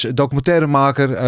documentairemaker